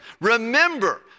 Remember